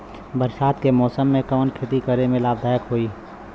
बरसात के मौसम में कवन खेती करे में लाभदायक होयी?